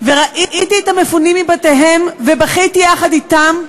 וראיתי את המפונים מבתיהם ובכיתי יחד אתם,